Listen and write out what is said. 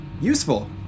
useful